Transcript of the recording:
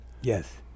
Yes